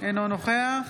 אינו נוכח